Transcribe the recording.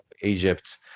egypt